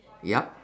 yup